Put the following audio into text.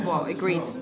agreed